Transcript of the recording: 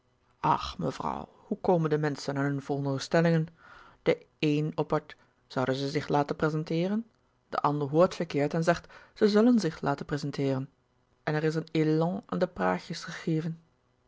ach mevrouw hoe komen de menschen aan hun veronderstellingen de een oppert zouden ze zich laten prezenteeren de ander hoort verkeerd en zegt ze zullen zich laten prezenteeren en er is een élan aan de praatjes gegeven